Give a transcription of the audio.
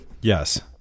Yes